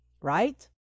right